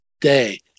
day